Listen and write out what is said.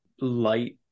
light